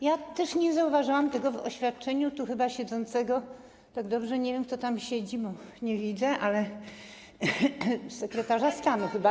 Ja też nie zauważyłam tego w oświadczeniu tu siedzącego - tak dobrze nie wiem, kto tam siedzi, bo nie widzę - sekretarza stanu chyba.